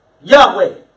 Yahweh